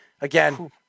again